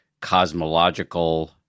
cosmological